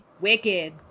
Wicked